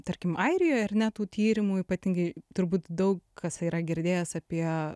tarkim airijoj ar ne tų tyrimų ypatingai turbūt daug kas yra girdėjęs apie